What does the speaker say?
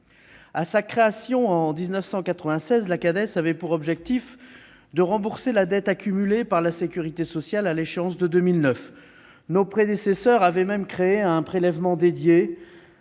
À sa création, en 1996, la Cades avait pour objectif de rembourser la dette accumulée par la sécurité sociale à l'échéance de 2009. Nos prédécesseurs avaient même créé un prélèvement dédié-